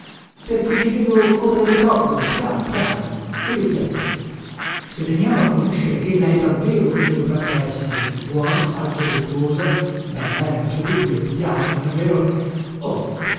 perché ti vedo correre troppo piano piano e rifletti se veniamo a conoscere chella è davvero come dovrebbe essere buona saggia virtuosa bella è non cè dubbio e ti piace non è vero oh